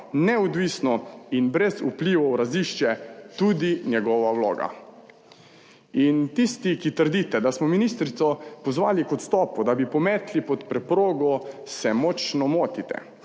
neodvisno in brez vplivov razišče tudi njegova vloga. In tisti, ki trdite, da smo ministrico pozvali k odstopu, da bi pometli pod preprogo, se močno motite.